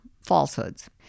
falsehoods